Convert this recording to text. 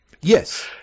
yes